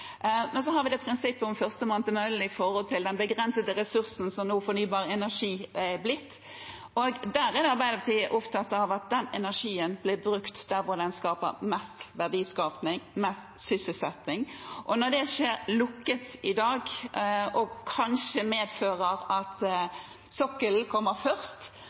Vi har prinsippet om førstemann til møllen når det gjelder den begrensede ressursen som fornybar energi er blitt, og Arbeiderpartiet er opptatt av at den energien blir brukt der hvor den skaper mest verdiskaping, mest sysselsetting. Når det skjer lukket i dag, vil det kanskje medføre at sokkelen kommer først,